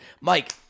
Mike